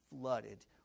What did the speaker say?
flooded